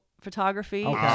photography